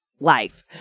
life